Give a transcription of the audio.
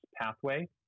pathway